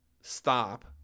stop